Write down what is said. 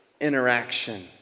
interaction